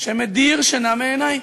שמדיר שינה מעיני.